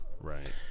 Right